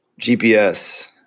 GPS